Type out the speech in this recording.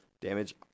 damage